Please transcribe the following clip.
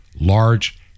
large